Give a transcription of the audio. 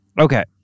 Okay